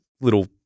little